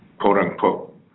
quote-unquote